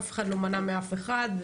אף אחד לא מנע מאף אחד.